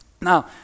Now